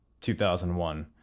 2001